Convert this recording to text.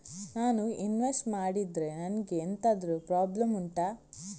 ನಾನು ಇನ್ವೆಸ್ಟ್ ಮಾಡಿದ್ರೆ ನನಗೆ ಎಂತಾದ್ರು ಪ್ರಾಬ್ಲಮ್ ಉಂಟಾ